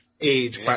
age